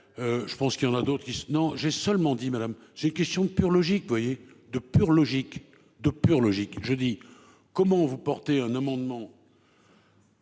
Je pense qu'il y en a d'autres qui se non, j'ai seulement dit Madame c'est une question de pure logique, vous voyez de pure logique de pure logique. Je dis comment vous portez un amendement.